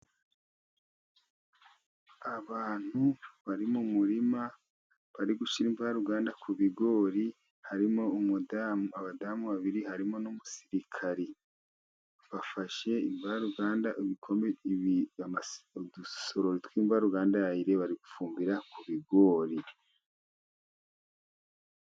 Abantu bari mu murima, bari gushyira invaruganda ku bigori harimo umudamu, abadamu babiri harimo n'umusirikari. Bafashe imvaruganda, udusorori twimvaruganda ya Ire bari gufumbira ku bigori.